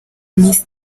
miss